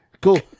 cool